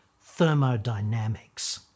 thermodynamics